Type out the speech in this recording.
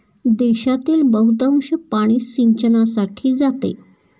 देशातील बहुतांश पाणी सिंचनासाठी जाते